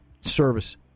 service